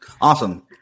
Awesome